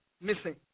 missing